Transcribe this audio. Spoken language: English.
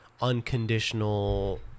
unconditional